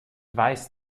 weiß